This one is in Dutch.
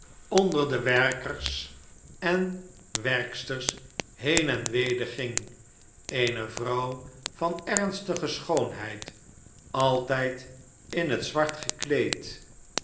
onder de workers en werksters heen en weder ging eene vrouw van ernstige schoonheid altijd in het zwart gekleed